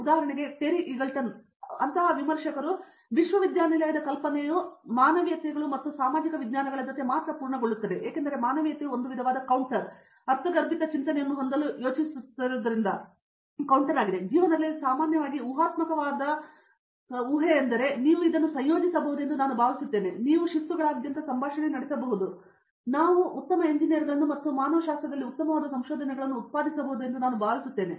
ಉದಾಹರಣೆಗೆ Terry Eagleton ವಿಮರ್ಶಕರು ಅಂತಹ ವಿಶ್ವವಿದ್ಯಾನಿಲಯದ ಕಲ್ಪನೆಯು ಮಾನವೀಯತೆಗಳು ಮತ್ತು ಸಾಮಾಜಿಕ ವಿಜ್ಞಾನಗಳ ಜೊತೆ ಮಾತ್ರ ಪೂರ್ಣಗೊಳ್ಳುತ್ತದೆ ಏಕೆಂದರೆ ಮಾನವೀಯತೆಯು ಒಂದು ವಿಧವಾದ ಕೌಂಟರ್ ಅರ್ಥಗರ್ಭಿತ ಚಿಂತನೆಯನ್ನು ಹೊಂದಲು ಯೋಚಿಸುತ್ತಿರುವುದರಿಂದ ಜೀವನದಲ್ಲಿ ಸಾಮಾನ್ಯವಾಗಿ ಊಹಾತ್ಮಕವಾದ ಊಹೆಯೆಂದರೆ ನೀವು ಇದನ್ನು ಸಂಯೋಜಿಸಬಹುದೆಂದು ನಾನು ಭಾವಿಸುತ್ತೇನೆ ನೀವು ಶಿಸ್ತುಗಳಾದ್ಯಂತ ಸಂಭಾಷಣೆ ನಡೆಸಬಹುದಾದರೆ ನಾವು ಉತ್ತಮ ಎಂಜಿನಿಯರ್ಗಳನ್ನು ಮತ್ತು ಮಾನವಶಾಸ್ತ್ರದಲ್ಲಿ ಉತ್ತಮವಾದ ಸಂಶೋಧನೆಗಳನ್ನು ಉತ್ಪಾದಿಸಬಹುದು ಎಂದು ನಾನು ಭಾವಿಸುತ್ತೇನೆ